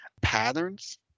patterns